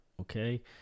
okay